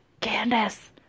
Candace